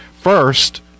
first